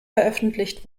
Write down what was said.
veröffentlicht